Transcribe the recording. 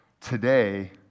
Today